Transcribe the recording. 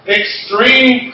extreme